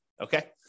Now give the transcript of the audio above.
okay